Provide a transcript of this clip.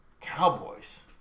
Cowboys